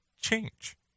change